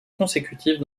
consécutive